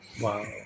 Wow